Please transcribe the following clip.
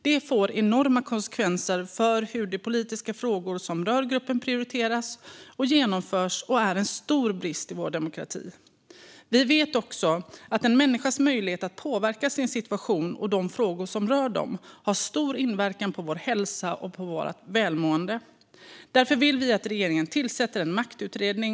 Det får enorma konsekvenser för hur de politiska frågor som rör gruppen prioriteras och genomförs och är en stor brist i vår demokrati. Vi vet också att en människas möjlighet att påverka sin situation och de frågor som rör den själv har stor inverkan på hälsan och välmåendet.